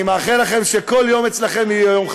אני מאחל לכם שכל יום אצלכם יהיה יום חסון.